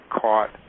caught